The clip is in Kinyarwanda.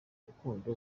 urukundo